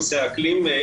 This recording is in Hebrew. נושא האקלים,